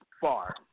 far